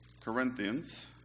Corinthians